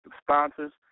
sponsors